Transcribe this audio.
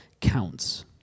counts